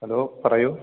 hello പറയൂ